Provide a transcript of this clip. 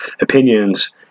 opinions